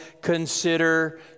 consider